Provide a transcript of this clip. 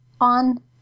on